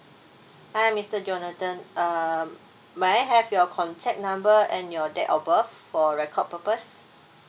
hi mister jonathan err may I have your contact number and your date of birth for record purpose